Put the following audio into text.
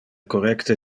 correcte